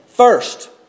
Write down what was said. First